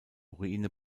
ruine